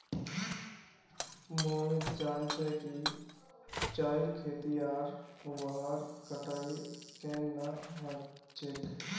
मोहित जान छ कि चाईर खेती आर वहार कटाई केन न ह छेक